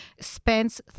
spends